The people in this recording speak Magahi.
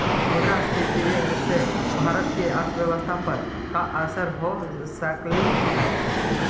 मुद्रास्फीति से भारत की अर्थव्यवस्था पर का असर हो सकलई हे